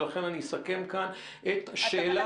ולכן אני אסכם כאן את השאלה,